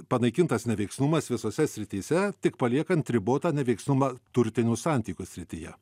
panaikintas neveiksnumas visose srityse tik paliekant ribotą neveiksnumą turtinių santykių srityje